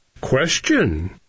Question